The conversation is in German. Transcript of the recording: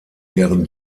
deren